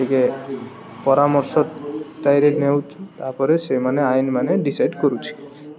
ଟିକେ ପରାମର୍ଶ ସେଥିରେ ନେଉଛୁ ତାପରେ ସେମାନେ ଆଇନ ମାନେ ଡିସାଇଡ୍ କରୁଛି